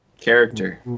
character